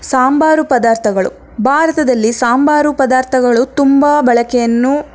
ಸಾಂಬಾರು ಪದಾರ್ಥಗಳು ಭಾರತದಲ್ಲಿ ಸಾಂಬಾರು ಪದಾರ್ಥಗಳು ತುಂಬ ಬಳಕೆಯನ್ನು